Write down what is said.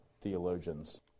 theologians